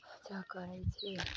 पूजा करै छी